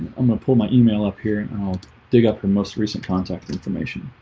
i'm gonna pull my email up here and and i'll dig up the most recent contact information